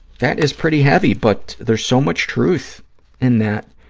that is pretty heavy, but there's so much truth in that.